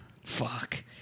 Fuck